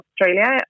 Australia